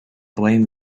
blame